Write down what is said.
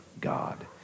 God